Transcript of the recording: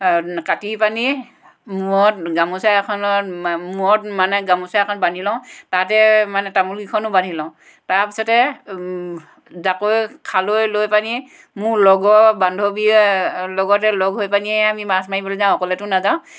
কাটি পানি মূৰত গামোছা এখনত মা মূৰত মানে গামোছা এখনত বান্ধি লওঁ তাতে মানে তামোলকেইখনো বান্ধি লওঁ তাৰপিছতে জাকৈ খালৈ লৈ পিনে মোৰ লগৰ বান্ধৱীয়ে লগতে লগ হৈ পানিয়ে আমি মাছ মাৰিবলৈ যাওঁ অকলেতো নাযাওঁ